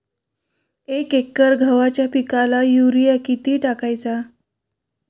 एक एकर गव्हाच्या पिकाला युरिया किती टाकायचा?